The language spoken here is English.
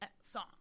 song